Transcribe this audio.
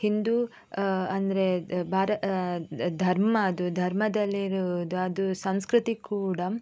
ಹಿಂದೂ ಅಂದರೆ ಭಾರ ಧರ್ಮ ಅದು ಧರ್ಮದಲ್ಲಿರುವುದು ಅದು ಸಂಸ್ಕೃತಿ ಕೂಡ